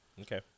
Okay